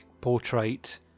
portrait